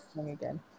again